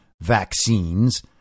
vaccines